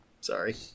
Sorry